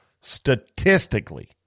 statistically